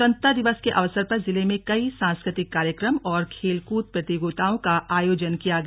स्वतन्त्रता दिवस के अवसर पर जिले में कई सांस्कृतिक कार्यक्रम और खेलकूद प्रतियोगिताओं का आयोजन किया गया